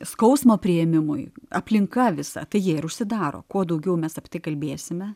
skausmo priėmimui aplinka visa tai jie ir užsidaro kuo daugiau mesapie tai kalbėsime